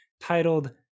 titled